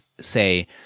say